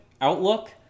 outlook